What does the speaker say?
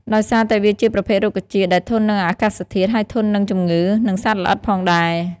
ដោយសារតែវាជាប្រភេទរុក្ខជាតិដែលធន់នឹងអាកាសធាតុ ហើយធន់នឹងជំងឺ និងសត្វល្អិតផងដែរ។